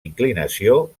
inclinació